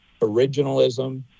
originalism